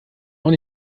auch